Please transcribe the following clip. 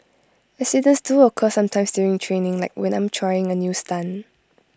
accidents do occur sometimes during training like when I'm trying A new stunt